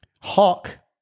Hawk